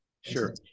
sure